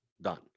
Done